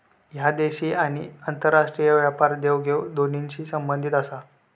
ह्या देशी आणि आंतरराष्ट्रीय व्यापार देवघेव दोन्हींशी संबंधित आसा